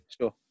sure